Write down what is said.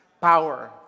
power